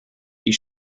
die